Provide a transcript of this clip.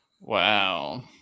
Wow